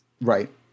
Right